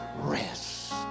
rest